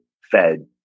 fed